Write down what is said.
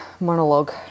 monologue